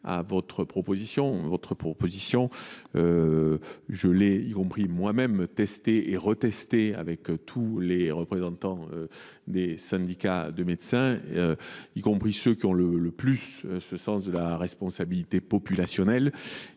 à opposer à votre proposition. Je l’ai moi même testée et retestée auprès de tous les représentants des syndicats de médecins, y compris ceux qui ont le plus le sens de la responsabilité populationnelle.